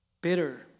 bitter